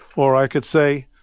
or i could say,